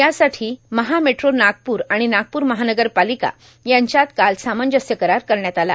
यासाठो Maha Metro Nagpur आर्गण नागपूर महानगर पर्ाालका यांच्यात काल सामंजस्य करार करण्यात आला